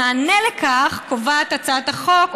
במענה לכך קובעת הצעת החוק,